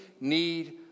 need